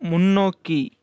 முன்னோக்கி